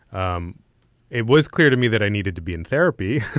um it was clear to me that i needed to be in therapy